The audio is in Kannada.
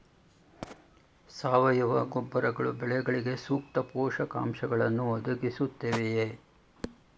ಸಾವಯವ ಗೊಬ್ಬರಗಳು ಬೆಳೆಗಳಿಗೆ ಸೂಕ್ತ ಪೋಷಕಾಂಶಗಳನ್ನು ಒದಗಿಸುತ್ತವೆಯೇ?